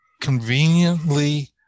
conveniently